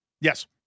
Yes